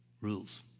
rules